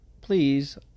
please